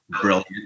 brilliant